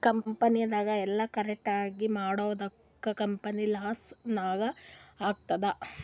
ಕಂಪನಿನಾಗ್ ಎಲ್ಲ ಕರೆಕ್ಟ್ ಆಗೀ ಮಾಡ್ಲಾರ್ದುಕ್ ಕಂಪನಿ ಲಾಸ್ ನಾಗ್ ಆಗ್ಯಾದ್